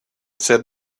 said